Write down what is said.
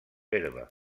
herba